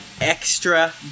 extra